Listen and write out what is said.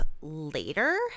later